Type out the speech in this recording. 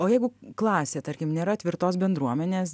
o jeigu klasė tarkim nėra tvirtos bendruomenės